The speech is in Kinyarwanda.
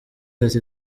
ati